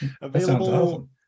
available